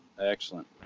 Excellent